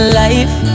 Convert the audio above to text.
life